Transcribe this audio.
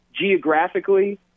geographically